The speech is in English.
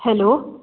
hello